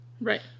Right